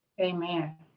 Amen